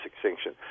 extinction